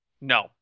No